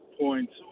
points